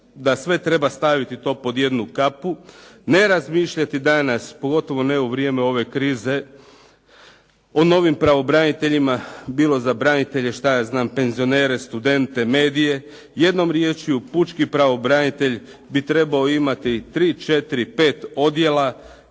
da sve treba staviti to pod jednu kapu. Ne razmišljati danas, pogotovo ne u vrijeme ove krize o novim pravobraniteljima, bilo za branitelje, što ja znam, penzionere, studente, medije, jednom riječju, pučki pravobranitelj bi trebao imati 3, 4, 5 odjela